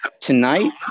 tonight